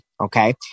okay